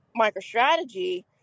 MicroStrategy